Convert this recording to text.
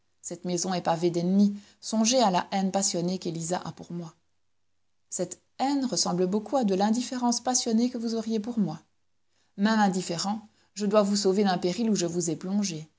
cette maison est pavée d'ennemis songez à la haine passionnée qu'élisa a pour moi cette haine ressemble beaucoup à de l'indifférence passionnée que vous auriez pour moi même indifférent je dois vous sauver d'un péril où je vous ai plongée